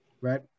right